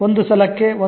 ಒಂದು ಸಲಕ್ಕೆ ಒಂದು